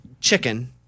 chicken